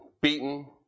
beaten